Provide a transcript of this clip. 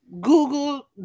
google